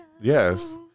Yes